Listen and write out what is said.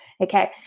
Okay